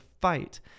fight